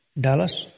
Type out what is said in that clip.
Dallas